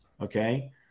okay